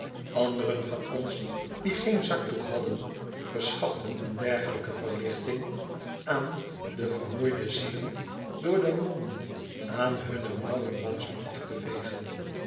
anderen van ons die geen zakdoek hadden verschaften een dergelijke verlichting aan de vermoeide zielen door de monden aan hunne mouwen langzaam af te vegen